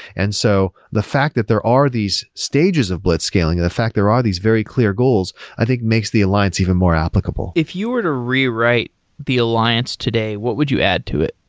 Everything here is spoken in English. and so the fact that there are these stages of blitzscaling and the fact there are these very clear goals i think makes the alliance even more applicable. if you were to rewrite the alliance today, what would you add to it?